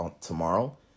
tomorrow